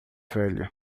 velha